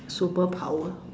superpower